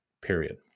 period